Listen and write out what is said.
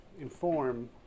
inform